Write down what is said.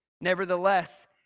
Nevertheless